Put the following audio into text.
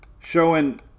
showing